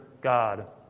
God